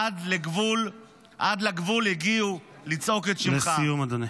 עד לגבול הגיעו לצעוק את שמך -- לסיום, אדוני.